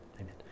Amen